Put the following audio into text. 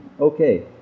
Okay